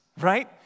right